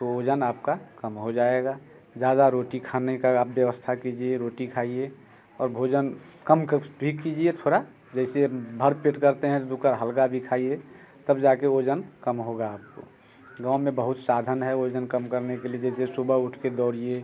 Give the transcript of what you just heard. तो वज़न आपका कम हो जाएगा ज़्यादा रोटी खाने का आप व्यवस्था कीजिए रोटी खाइए और भोजन कम भी कीजिए थोड़ा जैसे भर पेट करते हैं तो दो कौर हल्का भी खाइए तब जा कर वज़न कम होगा गाँव में बहुत साधन है वज़न कम करने के लिए जैसे सुबह उठ के दौड़िए